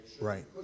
Right